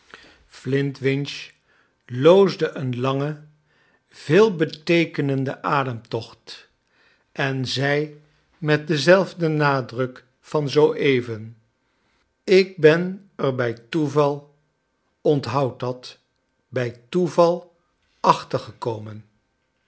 flintwinch loosde een langen veelbeteekenenden aderntocht en zei met denzelfden nadruk van zoo even ik ben er bij toeval onthoud dat bij toeval achtergekomen